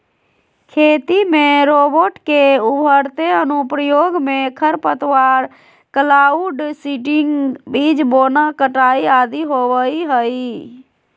खेती में रोबोट के उभरते अनुप्रयोग मे खरपतवार, क्लाउड सीडिंग, बीज बोना, कटाई आदि होवई हई